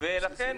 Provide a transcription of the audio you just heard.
הכי בסיסי.